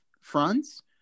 fronts